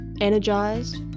energized